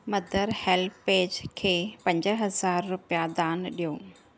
mother HelpAge खे पंज हज़ार रुपिया दानु ॾियो